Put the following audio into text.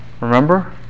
Remember